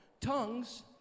tongues